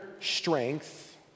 strength